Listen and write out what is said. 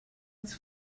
its